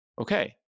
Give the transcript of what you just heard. Okay